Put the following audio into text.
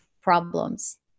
problems